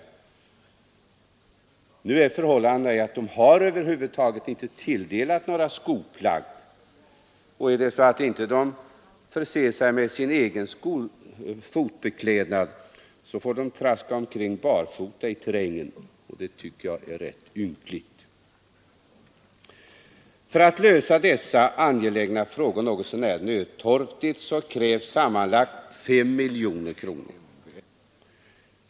Nu är förhållandet det att de har över huvud taget inte tilldelats några skoplagg. Om de inte använder sin egen fotbeklädnad får de traska omkring barfota i terrängen. Det tycker jag är ynkligt. För att lösa denna angelägna fråga något så när nödtorftigt krävs sammanlagt 5 miljoner kronor.